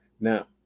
Now